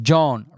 John